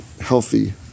healthy